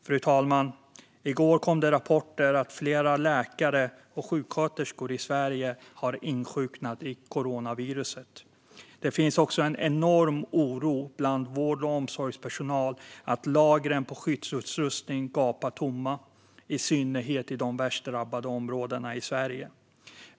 Fru talman! I går kom det rapporter om att flera läkare och sjuksköterskor i Sverige har insjuknat i coronaviruset. Det finns också en enorm oro bland vård och omsorgspersonal över att lagren av skyddsutrustning gapar tomma. Det gäller i synnerhet de värst drabbade områdena i Sverige.